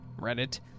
Reddit